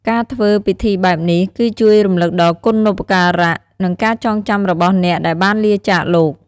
ការធ្វើពិធីបែបនេះ គឺជួយរំលឹកដល់គុណូបការៈ និងការចងចាំរបស់អ្នកដែលបានលាចាកលោក។